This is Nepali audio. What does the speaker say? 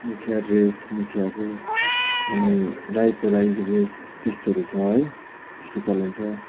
मुखिया ड्रेस मुखियाको अनि राईको राई ड्रेस त्यस्तोहरू छ है त्यस्तो चलन छ